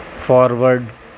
forward